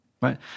right